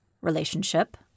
relationship